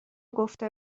گفته